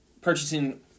purchasing